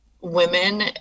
women